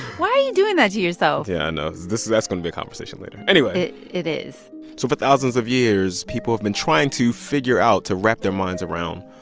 why are you doing that to yourself? yeah. i know. this is that's going to be conversation later. anyway. it is so for thousands of years, people have been trying to figure out, to wrap their minds around,